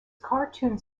cartoons